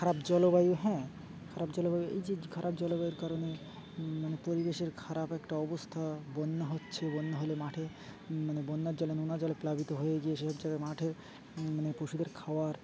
খারাপ জলবায়ু হ্যাঁ খারাপ জলবায়ু এই যে খারাপ জলবায়ুর কারণে মানে পরিবেশের খারাপ একটা অবস্থা বন্যা হচ্ছে বন্যা হলে মাঠে মানে বন্যার জলে ননাা জলে প্লাবিত হয়ে গিয়ে সেসব জায়গায় মাঠে মানে পশুদের খাওয়ার